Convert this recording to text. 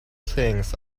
things